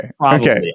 Okay